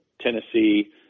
Tennessee